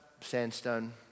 Sandstone